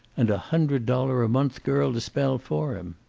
and a hundred dollar a month girl to spell for him!